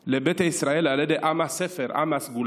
לביתא ישראל על ידי עם הספר, עם הסגולה.